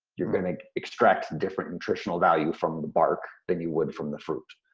you're gonna extract different nutritional value from the bark than you would from the fruit.